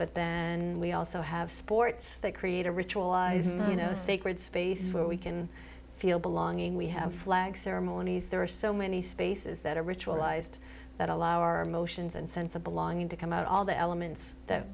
but then we also have sports that create a ritualized you know sacred space where we can feel belonging we have flag ceremonies there are so many spaces that are ritualized that allow our emotions and sense of belonging to come out all the elements that